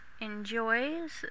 enjoys